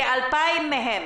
כ-2,000 מהם